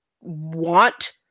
want